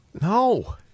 No